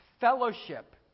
fellowship